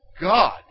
God